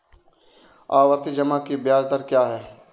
आवर्ती जमा की ब्याज दर क्या है?